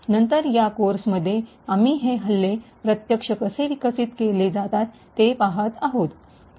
नंतर या कोर्समध्ये आम्ही हे हल्ले प्रत्यक्ष कसे विकसित केले जातात ते पहात आहोत